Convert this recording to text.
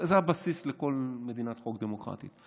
זה הבסיס לכל מדינת חוק דמוקרטית,